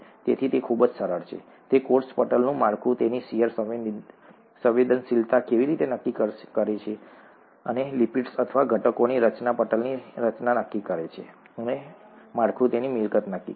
તેથી તે ખૂબ જ સરળ છે કે કોષ પટલનું માળખું તેની શીયર સંવેદનશીલતા કેવી રીતે નક્કી કરે છે અને લિપિડ્સ અથવા ઘટકોની રચના પટલની રચના નક્કી કરે છે અને માળખું તેની મિલકત નક્કી કરે છે